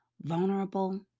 vulnerable